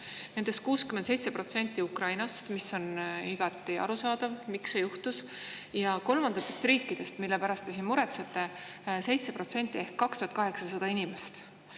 Nendest 67% on Ukrainast, mis on igati arusaadav, miks see juhtus. Kolmandatest riikidest, mille pärast te siin muretsete, on 7% ehk 2800 inimest.